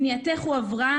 פנייתך הועברה